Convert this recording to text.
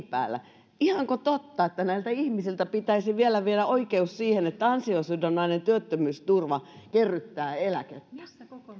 päällä ihanko totta että näiltä ihmisiltä pitäisi vielä viedä oikeus siihen että ansiosidonnainen työttömyysturva kerryttää eläkettä